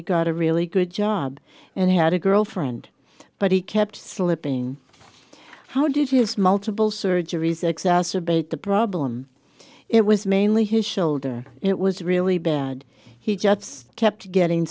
he got a really good job and he had a girlfriend but he kept slipping how did his multiple surgeries exacerbate the problem it was mainly his shoulder it was really bad he just kept getting